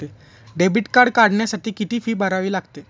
Debit card काढण्यासाठी किती fee भरावी लागते?